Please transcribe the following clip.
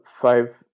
five